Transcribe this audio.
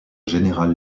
général